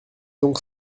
donc